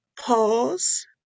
pause